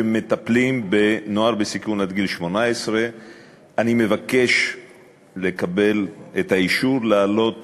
שמטפלים בנוער בסיכון עד גיל 18. אני מבקש לקבל את האישור להעלות